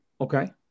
Okay